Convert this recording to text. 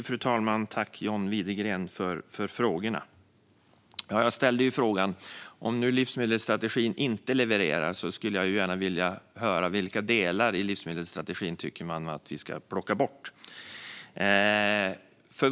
Fru talman! Tack, John Widegren, för frågorna! Ja, jag ställde frågan. Om nu livsmedelsstrategin inte levererar skulle jag gärna vilja höra vilka delar i livsmedelsstrategin man tycker att vi ska plocka bort.